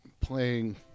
playing